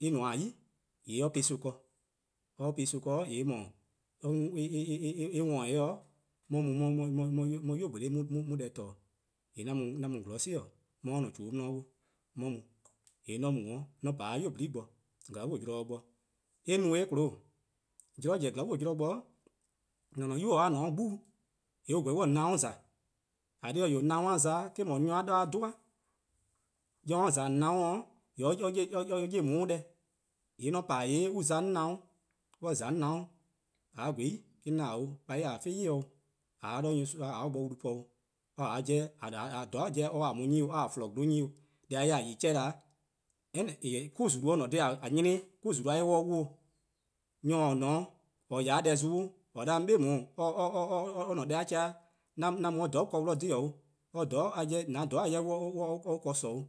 :Mor eh :nmor 'yi-dih :yee' or po-eh son ken. :mor or po-eh son ken :yee' eh mor eh 'worn-dih-eh 'on 'ye mu 'on 'ye 'nynuu: :gbole 'on 'ye-uh deh :torne'. :yee' 'an mu 'zorn si-' 'on 'ye 'de or-a' :chuu 'de 'wluh 'on 'ye mu, :yee' :mor 'on mu 'on pa 'de :nynuu: :nyene' bo :glaa'e zorn bo, eh no-eh :chio'lo:, :mor zorn zen :glaa'e zorn bo, mor-: :an-a' 'nynuu: an ne 'de 'gbu, :yee' on :korn on 'ye :on 'nyinor :za, :eh :korn dhih :eh, nyor-a 'nyinor-' :za-eh eh-: no nyor-a deh-' 'ye-eh:, :mor nyor :za :on 'nyior :yee or 'ye on-' deh, :yee' :mor 'on pa :yee an za 'on 'nyinor, :mor 'on :za 'on 'nyinor-' :a :gweh 'i :yee' 'on 'da :a 'o, a 'nyi :a mo 'yli 'o, :a 'ye 'de nyorsoa :a 'ye 'de or bo wlu po 'o, or 'ye-a a 'jeh a-a' :dhororn' a 'nyi 'o. or 'ye-a :flon :gwluhuh' 'nyi 'o, deh-a 'jeh :a yi-a chean' 'da :mor 'ku-zulu: :ne 'noror' :a 'nyene bo, 'ku-zulu:-a 'jeh :dao. on 'ye 'noror' :a 'nyene bo 'wluh 'o, nyor :o :ne-a 'o :or :ya 'de deh zon :dee :or 'da 'on 'be :daa or-a' deh-a chean'-a 'an mu or :dhororn'' keh :dhe 'o, :an :dhororn'-a 'jeh or 'ye-or ken :sorn 'o,